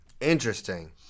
Interesting